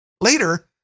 Later